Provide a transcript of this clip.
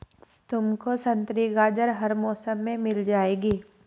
तुमको संतरी गाजर हर मौसम में मिल जाएगी